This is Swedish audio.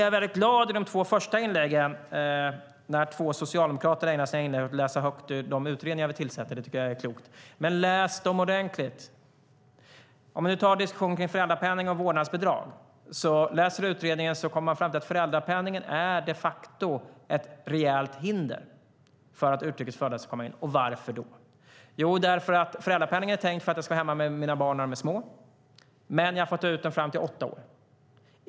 Jag blev glad över att två socialdemokrater ägnar sig åt att läsa högt ur de utredningar som vi har initierat. Det tycker jag är klokt; men läs dem ordentligt. När det gäller föräldrapenning och vårdnadsbidrag ser man, om man läser utredningen, att föräldrapenningen är ett rejält hinder för att utrikes födda ska komma in på arbetsmarknaden. Varför? Avsikten med föräldrapenningen är att man ska vara hemma med sina barn när de är små, men man får ta ut den tills de är åtta år.